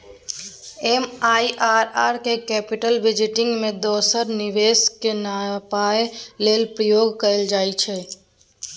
MIRR केँ capital budgeting मे दोसर निबेश केँ नापय लेल प्रयोग कएल जाइत छै